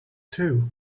two